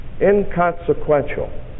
inconsequential